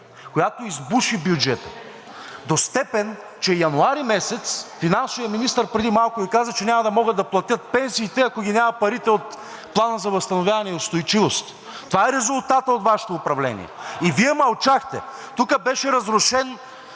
която избуши бюджета до степен, че месец януари – финансовият министър преди малко Ви каза, няма да могат да платят пенсиите, ако ги няма парите от Плана за възстановяване и устойчивост. Това е резултатът от Вашето управление и Вие мълчахте. Тук беше разрушен